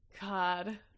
God